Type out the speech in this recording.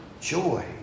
Joy